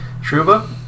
Truba